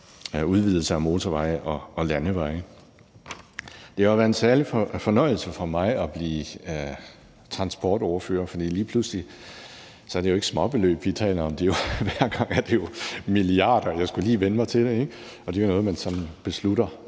udvidelser af motorveje og landeveje. Det har været en særlig fornøjelse for mig at blive transportordfører, for lige pludselig er det jo ikke småbeløb, vi taler om. Hver gang er det jo milliarder, og jeg skulle lige vænne mig til det, ikke? Det er jo noget, man sådan beslutter